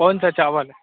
कौनसा चावल